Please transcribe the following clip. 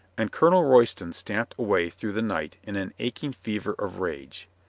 and colonel royston stamped away through the night in an aching fever of rage.